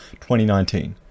2019